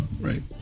right